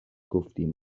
گفتیم